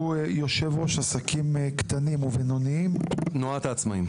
שהוא יושב ראש עסקים קטנים ובינוניים בתנועת העצמאים.